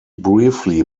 briefly